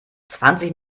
zwanzig